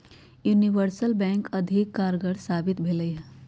universal bank अधिक कारगर साबित भेलइ ह